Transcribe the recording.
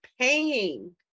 paying